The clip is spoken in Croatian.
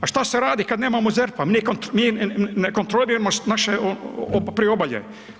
A šta se radi kada nemamo ZERP-a, mi ne kontroliramo naše Priobalje.